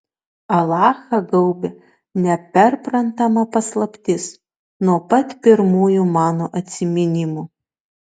alachą gaubė neperprantama paslaptis nuo pat pirmųjų mano atsiminimų